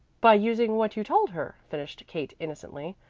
by using what you told her, finished kate innocently.